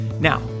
Now